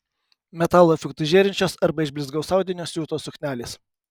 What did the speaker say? metalo efektu žėrinčios arba iš blizgaus audinio siūtos suknelės